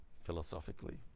philosophically